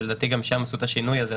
ולדעתי גם שם עשו את השינוי הזה,